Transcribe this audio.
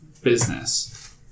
business